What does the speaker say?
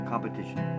Competition